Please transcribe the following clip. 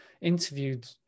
interviewed